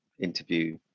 interview